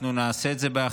אנחנו נעשה את זה באחריות,